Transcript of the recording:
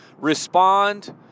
respond